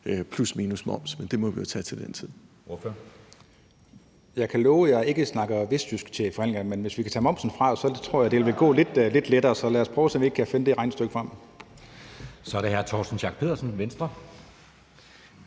plus/minus moms. Det må vi jo tage til den tid.